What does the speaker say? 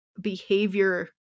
behavior